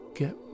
Get